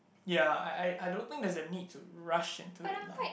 ya I I I don't think there is a need to rush into it lah